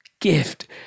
gift